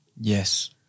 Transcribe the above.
Yes